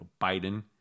Biden